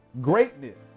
greatness